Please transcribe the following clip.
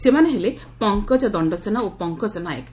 ସେମାନେ ହେଲେ ପଙ୍କଜ ଦଣ୍ଡସେନା ଓ ପଙ୍କଜ ନାୟକ